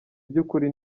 by’ukuri